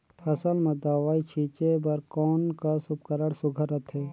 फसल म दव ई छीचे बर कोन कस उपकरण सुघ्घर रथे?